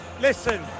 Listen